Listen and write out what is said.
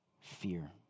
Fear